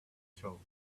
through